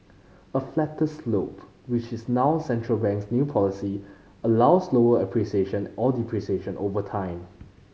a flatter slope which is now central bank's new policy allows slower appreciation or depreciation over time